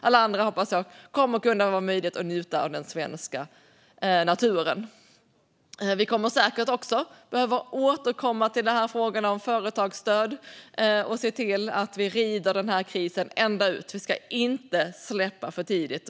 Alla andra hoppas jag kommer att ha möjlighet att njuta av den svenska naturen. Vi kommer säkert också att behöva återkomma till frågan om företagsstöd och se till att vi rider den här krisen ända ut. Vi ska inte släppa för tidigt.